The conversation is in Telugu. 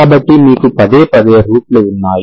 కాబట్టి మీకు పదే పదే రూట్ లు ఉన్నాయి